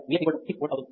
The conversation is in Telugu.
Vx 6V అవుతుంది